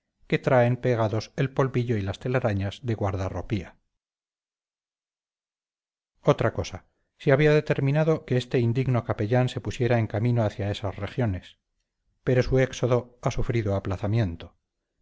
que traen pegados el polvillo y las telarañas de guardarropía otra cosa se había determinado que este indigno capellán se pusiera en camino hacia esas regiones pero su éxodo ha sufrido aplazamiento